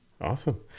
Awesome